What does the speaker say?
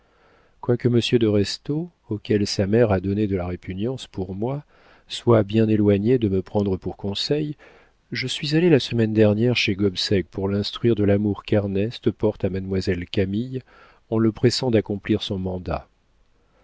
quoique monsieur de restaud auquel sa mère a donné de la répugnance pour moi soit bien éloigné de me prendre pour conseil je suis allé la semaine dernière chez gobseck pour l'instruire de l'amour qu'ernest porte à mademoiselle camille en le pressant d'accomplir son mandat